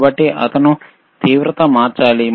కాబట్టి అతను తీవ్రత మార్చాలి